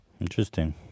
Interesting